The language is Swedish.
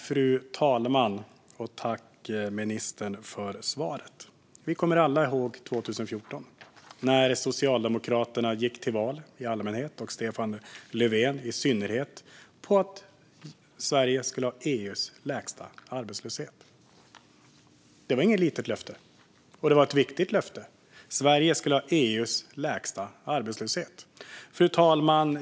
Fru talman! Tack, ministern, för svaret! Vi kommer alla ihåg 2014 när Socialdemokraterna i allmänhet och Stefan Löfven i synnerhet gick till val på att Sverige skulle ha EU:s lägsta arbetslöshet. Det var inget litet löfte; det var ett viktigt löfte. Sverige skulle ha EU:s lägsta arbetslöshet. Fru talman!